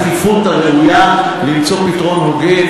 הדחיפות הראויה שבה יש למצוא פתרון הוגן